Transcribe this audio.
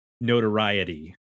notoriety